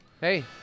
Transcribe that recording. Hey